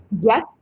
yes